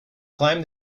climbed